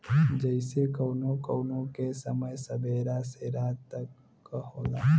जइसे कउनो कउनो के समय सबेरा से रात तक क होला